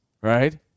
right